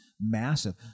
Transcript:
massive